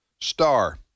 star